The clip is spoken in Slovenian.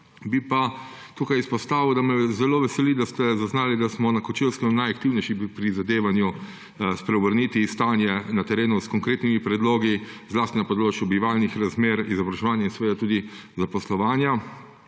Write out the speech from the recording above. bi pa tukaj izpostavil, da me zelo veseli, da ste zaznali, da smo bili na Kočevskem najaktivnejši pri prizadevanju spreobrniti stanje na terenu s konkretnimi predlogi, zlasti na področju bivalnih razmer, izobraževanja in tudi zaposlovanja.